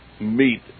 meet